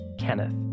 Kenneth